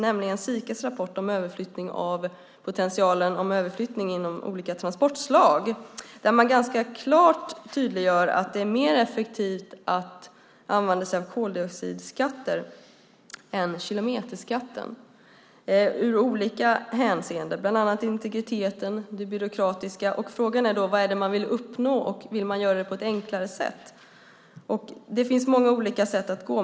Det är Sikas rapport om potentialen för överflyttning inom olika transportslag. Det tydliggörs ganska klart att det är mer effektivt att använda sig av koldioxidskatter än kilometerskatten. Det gäller ur olika hänseenden, bland annan vad gäller integriteten och det byråkratiska. Frågan är vad det är man vill uppnå och om man vill göra det på ett enklare sätt. Det finns många olika sätt att gå.